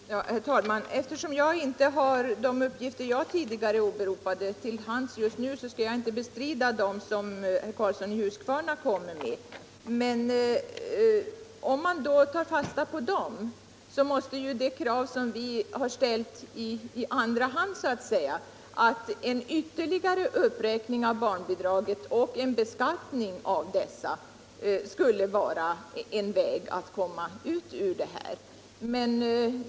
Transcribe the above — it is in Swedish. Herr talman! Eftersom jag inte har de uppgifter jag tidigare åberopade till hands just nu skall jag inte bestrida dem som herr Karlsson i Huskvarna kommer med. Men om man tar fasta på dem, så måste ju det krav som vi har ställt så att säga i andra hand — en ytterligare uppräkning av barnbidragen och beskattning av dessa —- vara en framkomlig väg.